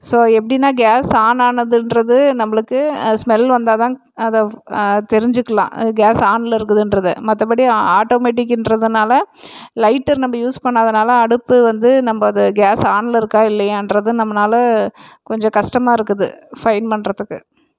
so எப்படின்னா gas on ஆனதுன்றது நம்மளுக்கு ஸ்மெல் வந்தால்தான் அதை தெரிஞ்சுக்கலாம் கேஸ் ஆனில் இருக்குதுன்றதை மற்றபடி ஆட்டோமெட்டிக்கின்றதுனால லைட்டர் நம்ம யூஸ் பண்ணாததுனால அடுப்பு வந்து நம்ப அது கேஸ் ஆனில் இருக்கா இல்லையான்றதை நம்மனால கொஞ்சம் கஷ்டமாகருக்குது ஃபைண்ட் பண்ணுறத்துக்கு